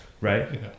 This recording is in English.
Right